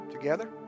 together